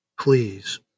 please